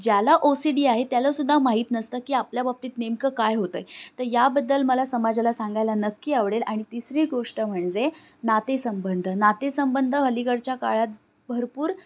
ज्याला O C D आहे त्यालासुद्धा माहीत नसतं की आपल्याबाबतीत नेमकं काय होतं आहे तर याबद्दल मला समाजाला सांगायला नक्की आवडेल आणि तिसरी गोष्ट म्हणजे नातेसंबंध नातेसंबंध अलीकडच्या काळात भरपूर